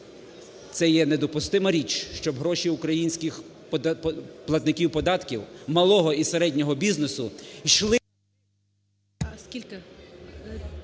це є недопустима річ, щоб гроші українських платників податків малого і середнього бізнесу йшли…